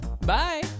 bye